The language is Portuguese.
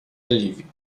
alívio